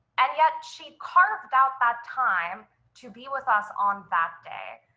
and yet, she'd carved out that time to be with us on that day.